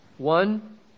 One